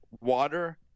water